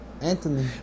Anthony